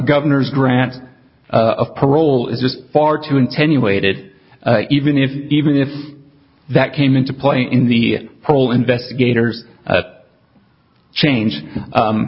governor's grant of parole is just far too in ten you waited even if even if that came into play in the whole investigator's change